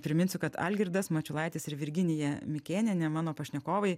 priminsiu kad algirdas mačiulaitis ir virginija mikėnienė mano pašnekovai